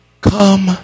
come